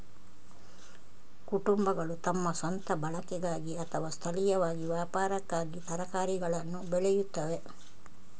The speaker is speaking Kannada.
ಕುಟುಂಬಗಳು ತಮ್ಮ ಸ್ವಂತ ಬಳಕೆಗಾಗಿ ಅಥವಾ ಸ್ಥಳೀಯವಾಗಿ ವ್ಯಾಪಾರಕ್ಕಾಗಿ ತರಕಾರಿಗಳನ್ನು ಬೆಳೆಯುತ್ತವೆ